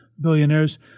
billionaires